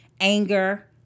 anger